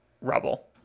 rubble